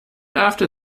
after